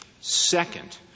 Second